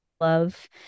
love